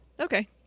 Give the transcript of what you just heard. Okay